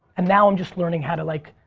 and now i'm just learning how to, like,